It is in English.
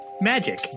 Magic